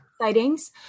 Sightings